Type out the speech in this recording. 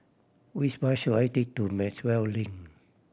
which bus should I take to Maxwell Link